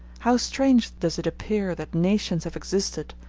how strange does it appear that nations have existed,